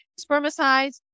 Spermicides